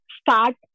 start